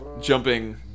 jumping